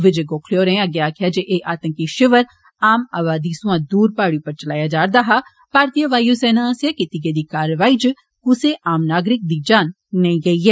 विजय गोखले होर अग्गै आक्खेया जे एह आतंकी शिवर आम अबादी सोया दूर पहाड़ी उप्पर चलाया जा रदा हा भारतीय वाय् सेना आस्सेया कीती गेदी कारवाई च कुसै आम नागरिक दी जान नेई गेई ऐ